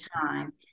time